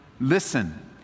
Listen